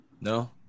No